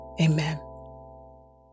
Amen